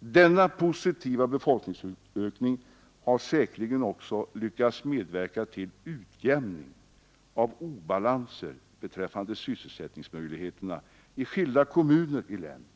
Denna positiva befolkningsökning har säkerligen också kunnat bidra till en utjämning av obalanser beträffande sysselsättningsmöjligheterna i skilda kommuner i länet.